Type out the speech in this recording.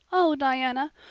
oh, diana,